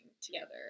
together